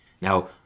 now